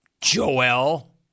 Joel